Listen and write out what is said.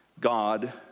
God